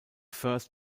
first